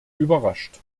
überrascht